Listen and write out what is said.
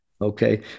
Okay